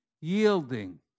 yielding